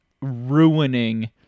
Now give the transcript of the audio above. ruining